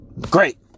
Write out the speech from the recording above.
Great